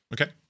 Okay